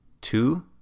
two